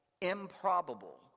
improbable